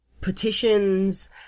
petitions